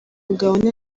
umugabo